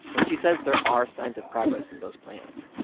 and she says there are signs of progress in those plans.